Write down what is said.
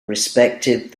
respected